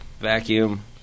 Vacuum